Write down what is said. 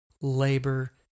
labor